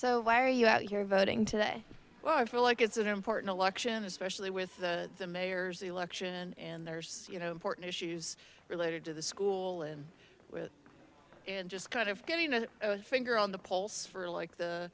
so why are you out here voting today well i feel like it's an important election especially with the mayor's election and there's you know important issues related to the school and and just kind of getting a finger on the pulse for like the